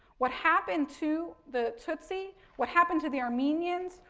what happened to the tutsi, what happened to the armenians,